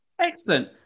Excellent